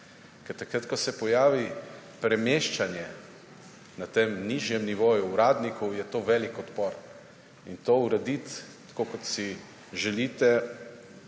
Ker takrat, ko se pojavi premeščanje na tem nižjem nivoju uradnikov, je to velik odpor. In to urediti tako, kot si želite,